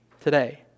today